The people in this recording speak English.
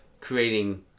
creating